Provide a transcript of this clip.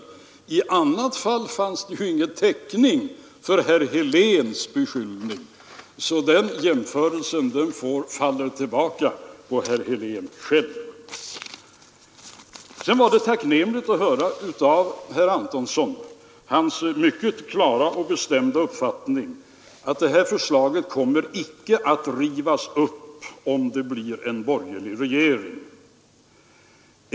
I annat fall fanns det ingen täckning för herr Heléns beskyllning, så den jämförelsen faller tillbaka på herr Helén själv. Sedan var det tacknämligt att höra herr Antonssons mycket klara och bestämda uppfattning att det här förslaget icke kommer att rivas upp, om det blir en borgerlig regering.